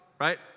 right